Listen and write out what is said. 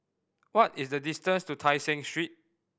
what is the distance to Tai Seng Street